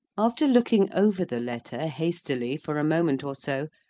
after looking over the letter hastily for a moment or so,